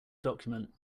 document